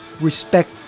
respect